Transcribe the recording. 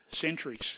centuries